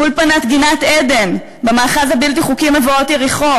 אולפנת "גינת עדן" במאחז הבלתי-חוקי מבואות-יריחו